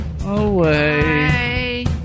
Away